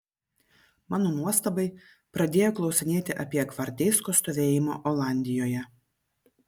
mano nuostabai pradėjo klausinėti apie gvardeisko stovėjimą olandijoje